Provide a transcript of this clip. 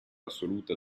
assoluta